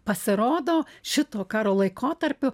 pasirodo šito karo laikotarpiu